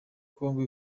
kongo